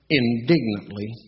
indignantly